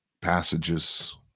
passages